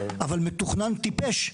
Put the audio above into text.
אבל מתוכנן טיפש,